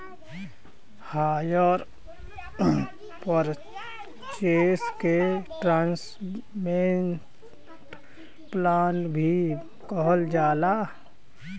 hire purchase के instalment plan भी कहल जाला